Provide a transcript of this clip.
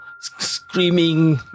screaming